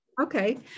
Okay